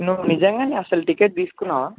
నువ్వు నిజంగానే అసల టికెట్ తీసుకున్నావా